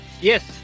Yes